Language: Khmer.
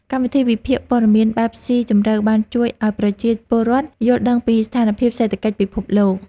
កម្មវិធីវិភាគព័ត៌មានបែបស៊ីជម្រៅបានជួយឱ្យប្រជាពលរដ្ឋយល់ដឹងពីស្ថានភាពសេដ្ឋកិច្ចពិភពលោក។